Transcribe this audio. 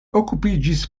okupiĝis